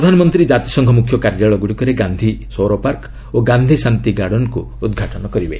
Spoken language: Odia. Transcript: ପ୍ରଧାନମନ୍ତ୍ରୀ କାତିସଂଘ ମୁଖ୍ୟ କାର୍ଯ୍ୟାଳୟ ଗୁଡ଼ିକରେ ଗାନ୍ଧୀ ସୌରପାର୍କ ଓ ଗାନ୍ଧୀ ଶାନ୍ତି ଗାର୍ଡନକୁ ଉଦ୍ଘାଟନ କରିବେ